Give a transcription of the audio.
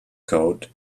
code